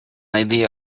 idea